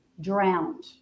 drowned